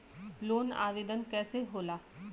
Loan आवेदन कैसे होला?